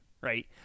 right